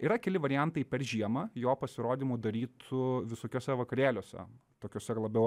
yra keli variantai per žiemą jo pasirodymų darytų visokiuose vakarėliuose tokius ar labiau